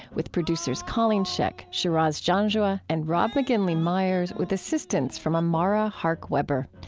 with producers colleen scheck, shiraz janjua, and rob mcginley myers, with assistance from amara hark-weber.